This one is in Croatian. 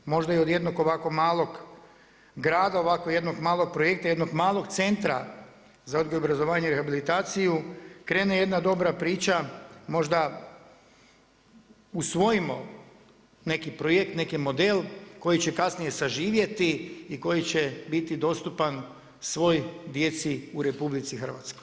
Možda od jednog ovako malog grada, ovako jednog malog projekta, jednog malog centra za odgoj, obrazovanje i rehabilitaciju krene jedna dobra priča, možda usvojimo neki projekt, neki model koji će kasnije saživjeti i koji će biti dostupan svoj djeci u RH.